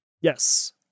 Yes